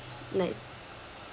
like